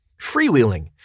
Freewheeling